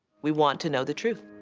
we want to know the truth.